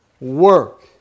Work